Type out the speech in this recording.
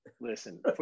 Listen